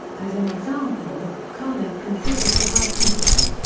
as an example, carnap considers the word principle.